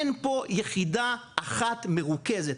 אין פה יחידה אחת מרוכזת.